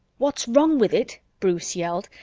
what's wrong with it? bruce yelled.